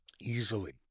easily